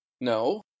no